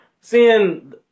seeing